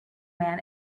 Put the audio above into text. man